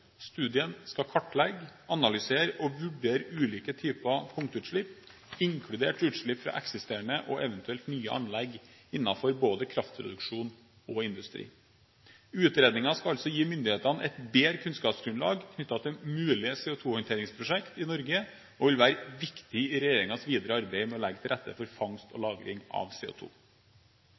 Studien skal kartlegge, analysere og vurdere ulike typer punktutslipp, inkludert utslipp fra eksisterende og eventuelt nye anlegg innenfor både kraftproduksjon og industri. Utredningen skal altså gi myndighetene et bedre kunnskapsgrunnlag knyttet til mulige CO2-håndteringsprosjekter i Norge og vil være viktige i regjeringens videre arbeid med å legge til rette for fangst og lagring av